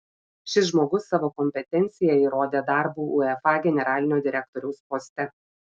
šis žmogus savo kompetenciją įrodė darbu uefa generalinio direktoriaus poste